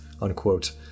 unquote